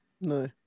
no